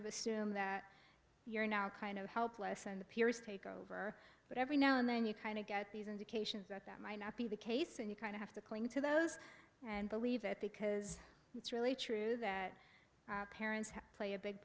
of assume that you're now kind of helpless and the peers take over but every now and then you kind of get these indications that that might not be the case and you kind of have to cling to those and believe it because it's really true that parents play a big